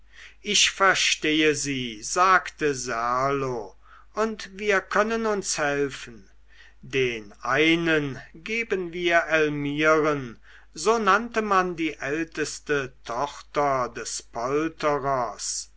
ich verstehe sie sagte serlo und wir können uns helfen den einen geben wir elmiren so nannte man die älteste tochter des